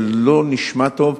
זה לא נשמע טוב.